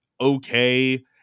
okay